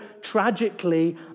tragically